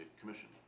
commission